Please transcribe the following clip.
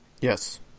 Yes